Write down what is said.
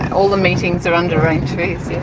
and all the meetings are under raintrees.